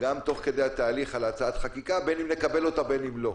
גם תוך כדי התהליך על הצעת החקיקה בין אם נקבל אותה ובין אם לא.